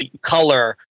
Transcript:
color